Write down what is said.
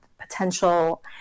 potential